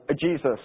Jesus